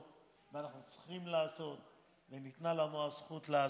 ואנחנו צריכים לעשות וניתנה לנו הזכות לעשות.